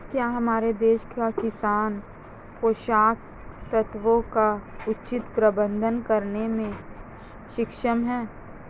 क्या हमारे देश के किसान पोषक तत्वों का उचित प्रबंधन करने में सक्षम हैं?